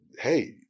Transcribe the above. hey